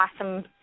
awesome